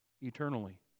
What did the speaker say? eternally